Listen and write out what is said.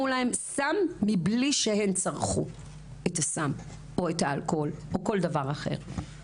להן סם מבלי שהן צרכו את הסם או את האלכוהול או כל דבר אחר.